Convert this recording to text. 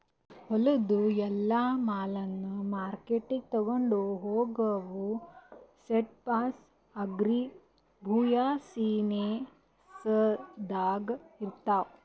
ಹೊಲದು ಎಲ್ಲಾ ಮಾಲನ್ನ ಮಾರ್ಕೆಟ್ಗ್ ತೊಗೊಂಡು ಹೋಗಾವು ಸ್ಟೆಪ್ಸ್ ಅಗ್ರಿ ಬ್ಯುಸಿನೆಸ್ದಾಗ್ ಇರ್ತಾವ